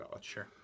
Sure